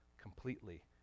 completely